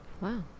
Wow